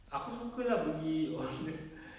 aku suka pergi oh le~